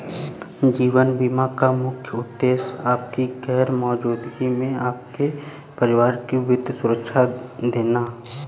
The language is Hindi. जीवन बीमा का मुख्य उद्देश्य आपकी गैर मौजूदगी में आपके परिवार को वित्तीय सुरक्षा देना